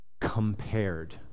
compared